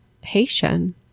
haitian